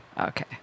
okay